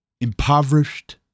impoverished